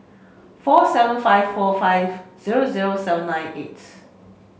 four seven five four five zero zero seven nine eights